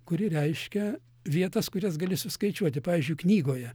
kuri reiškia vietas kurias gali suskaičiuoti pavyzdžiui knygoje